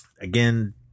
Again